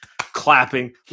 clapping